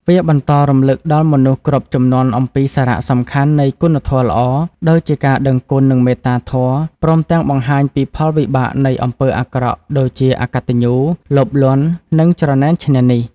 វាបន្តរំឭកដល់មនុស្សគ្រប់ជំនាន់អំពីសារៈសំខាន់នៃគុណធម៌ល្អ ដូចជាការដឹងគុណ និងមេត្តាធម៌ ព្រមទាំងបង្ហាញពីផលវិបាកនៃអំពើអាក្រក់ ដូចជាអកតញ្ញូ លោភលន់ និងច្រណែនឈ្នានីស។